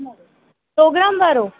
सौ गिराम वारो